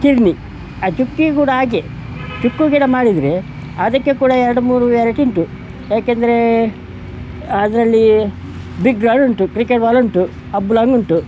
ಖಿರ್ನಿ ಆ ಚಿಕ್ಕುಗ್ ಕೂಡ ಹಾಗೆ ಚಿಕ್ಕು ಗಿಡ ಮಾಡಿದರೆ ಅದಕ್ಕೆ ಕೂಡ ಎರಡು ಮೂರು ವೆರೈಟಿ ಉಂಟು ಯಾಕೆಂದ್ರೆ ಅದ್ರಲ್ಲಿ ಬಿಗ್ ರಾಡುಂಟು ಕ್ರಿಕೆಟ್ ಬಾಲುಂಟು ಅಬ್ಲಾಂಗುಂಟು